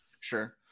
Sure